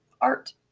art